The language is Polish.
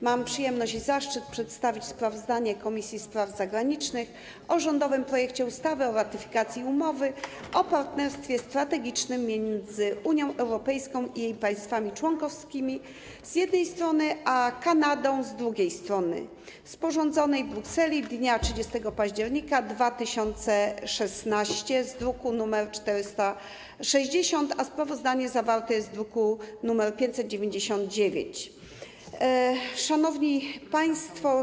Mam przyjemność i zaszczyt przedstawić sprawozdanie Komisji Spraw Zagranicznych o rządowym projekcie ustawy o ratyfikacji umowy o partnerstwie strategicznym między Unią Europejską i jej państwami członkowskimi, z jednej strony, a Kanadą, z drugiej strony, sporządzonej w Brukseli dnia 30 października 2016 r., z druku nr 460, a sprawozdanie zawarte jest w druku nr 599. Szanowni Państwo!